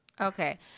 Okay